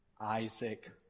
Isaac